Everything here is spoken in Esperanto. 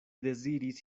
deziris